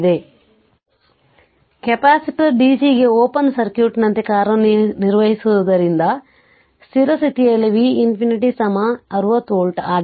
ಈಗ capacitor dc ಗೆ open ಸರ್ಕ್ಯೂಟ್ನಂತೆ ಕಾರ್ಯನಿರ್ವಹಿಸುವುದರಿಂದ ಸ್ಥಿರ ಸ್ಥಿತಿಯಲ್ಲಿ V ∞ 60 ವೋಲ್ಟ್ ಆಗಿದೆ